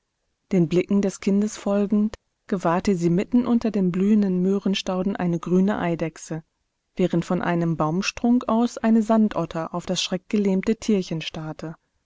den blicken des kindes folgend gewahrte sie mitten unter den blühenden möhrenstauden eine grüne eidechse während von einem baumstrunk aus eine sandotter auf das